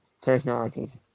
personalities